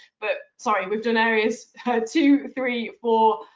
but sorry, we've done areas two, three, four,